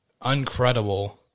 uncredible